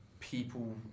People